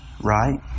right